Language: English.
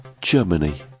Germany